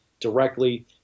directly